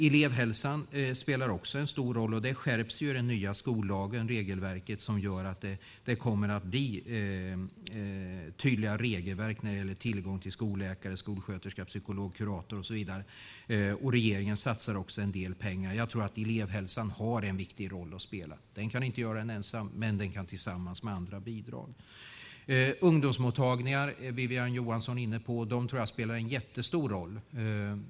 Elevhälsan spelar en stor roll, och i den nya skollagen skärps regelverket vilket gör att det kommer att bli tydliga regelverk när det gäller tillgång till skolläkare, skolsköterska, psykolog, kurator och så vidare. Regeringen satsar också en del pengar. Jag tror att elevhälsan har en viktig roll att spela. Den kan inte göra det ensam, men den kan bidra tillsammans med andra. Ungdomsmottagningar är Wiwi-Anne Johansson inne på, och jag tror att de spelar en jättestor roll.